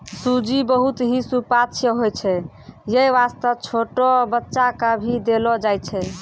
सूजी बहुत हीं सुपाच्य होय छै यै वास्तॅ छोटो बच्चा क भी देलो जाय छै